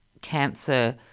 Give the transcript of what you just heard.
cancer